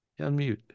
Unmute